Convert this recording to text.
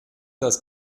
das